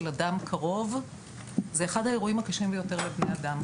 אדם קרוב זה אחד האירועים הקשים ביותר לבני אדם.